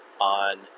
on